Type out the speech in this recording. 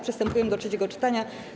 Przystępujemy do trzeciego czytania.